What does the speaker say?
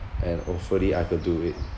and hopefully I could do it